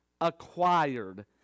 acquired